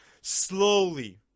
slowly